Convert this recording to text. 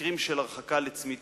מקרים של הרחקה לצמיתות.